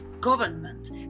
government